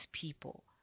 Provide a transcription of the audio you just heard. people